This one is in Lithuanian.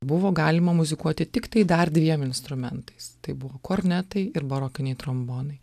buvo galima muzikuoti tiktai dar dviem instrumentais tai buvo kornetai ir barokiniai trombonai